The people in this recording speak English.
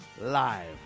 Live